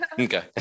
okay